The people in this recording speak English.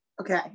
Okay